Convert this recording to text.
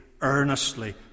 earnestly